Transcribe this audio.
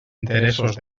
interessos